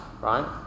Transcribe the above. right